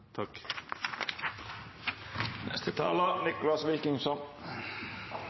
Neste taler er Nicholas Wilkinson.